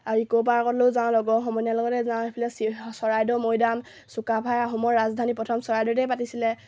আৰু ইক'পাৰ্কলৈয়ো যাওঁ লগৰ সমনীয়াৰ লগতে যাওঁ সেইফালে চৰাইদেউ মৈদাম চুকাফাই আহোমৰ ৰাজধানী প্ৰথম চৰাইদেউতেই পাতিছিলে